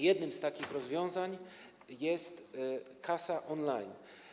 Jednym z takich rozwiązań jest kasa on-line.